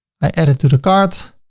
i add it to the cart.